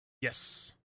Yes